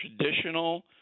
traditional